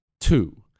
Two